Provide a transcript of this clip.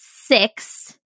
six